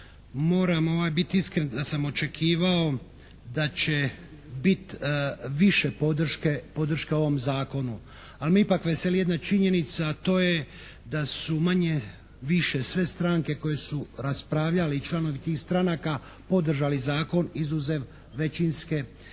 Moram biti iskren da sam očekivao da će biti više podrške ovom zakonu. Ali me ipak veseli jedna činjenica, a to je da su manje-više sve stranke koje su raspravljale i članovi tih stranaka podržali zakon, izuzev većinske, izuzev